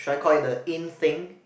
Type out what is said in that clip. should I call it the in thing